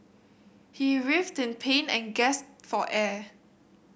he writhed in pain and gasped for air